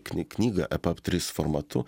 knyg knygą epab trys formatu